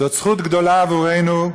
זאת זכות גדולה עבורנו,